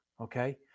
Okay